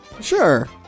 Sure